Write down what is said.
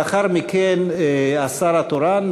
לאחר מכן השר התורן,